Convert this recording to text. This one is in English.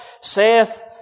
saith